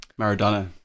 Maradona